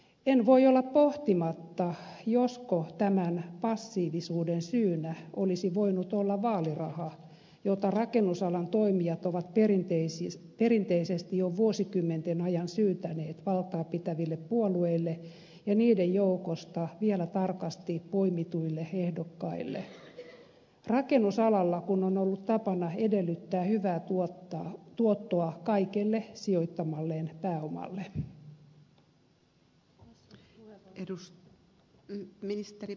en voi olla pohtimatta josko tämän passiivisuuden syynä olisi voinut olla vaaliraha jota rakennusalan toimijat ovat perinteisesti jo vuosikymmenten ajan syytäneet valtaa pitäville puolueille ja niiden joukosta vielä tarkasti poimituille ehdokkaille rakennusalalla kun on ollut tapana edellyttää hyvää tuottoa kaikelle sijoittamalleen pääomalle